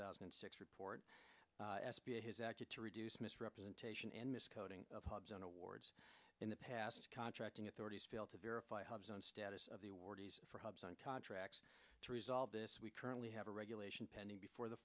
thousand and six report s b a has acted to reduce misrepresentation and mis coding of hubs on awards in the past contracting authorities failed to verify his own status of the awardees for hubs on contracts to resolve this we currently have a regulation pending before the